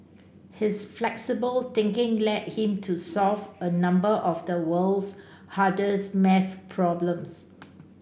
his flexible thinking led him to solve a number of the world's hardest math problems